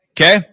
Okay